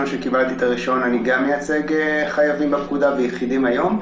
שקיבלתי את הרישיון אני גם מייצג חייבים בפקודה ויחידים היום.